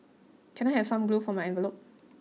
can I have some glue for my envelopes